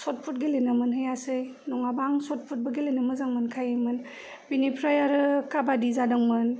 सतफुट गेलेनो मोनहैयासै नङाबा आं सतफुटबो गेलेनो मोजां मोनखायोमोन बिनिफ्राय आरो खाबादि जादोंमोन